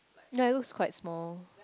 yea it looks quite small